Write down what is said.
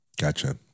gotcha